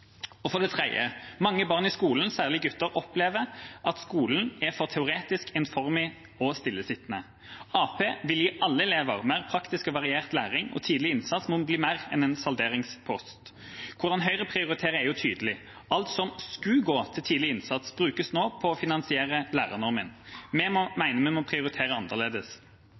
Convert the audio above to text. til. For det tredje: Mange barn i skolen, særlig gutter, opplever at skolen er for teoretisk, ensformig og stillesittende. Arbeiderpartiet vil gi alle elever mer praktisk og variert læring, og tidlig innsats må bli mer enn en salderingspost. Hvordan Høyre prioriterer, er jo tydelig. Alt som skulle gå til tidlig innsats, brukes nå på å finansiere lærernormen. Vi mener vi må prioritere annerledes.